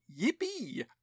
yippee